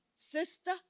sister